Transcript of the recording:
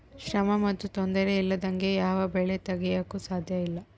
ಶ್ರಮ ಮತ್ತು ತೊಂದರೆ ಇಲ್ಲದಂಗೆ ಯಾವ ಬೆಳೆ ತೆಗೆಯಾಕೂ ಸಾಧ್ಯಇಲ್ಲ